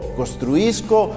costruisco